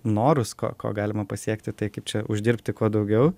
norus ko ko galima pasiekti tai kaip čia uždirbti kuo daugiau